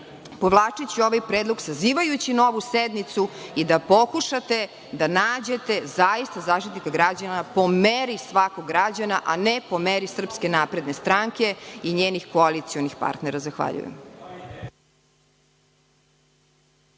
povlačeći ovaj predlog, sazivajući novu sednicu i da pokušate da nađete zaista Zaštitnika građana po meri svakog građana, a ne po meri SNS i njenih koalicionih partnera. Zahvaljujem.